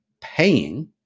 paying